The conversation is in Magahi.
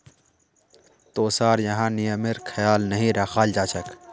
तोसार यहाँ नियमेर ख्याल नहीं रखाल जा छेक